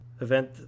event